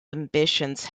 ambitions